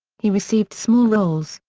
he received small roles,